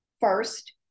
first